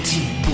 Team